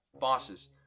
bosses